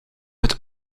het